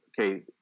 okay